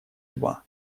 два